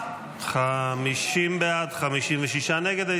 50 בעד, 56 נגד.